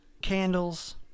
candles